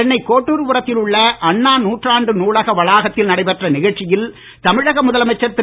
சென்னை கோட்டூர்புரத்தில் உள்ள அண்ணா நூற்றாண்டு நூலக வளாகத்தில் நடைபெற்ற நிகழ்ச்சியில் தமிழக முதலமைச்சர் திரு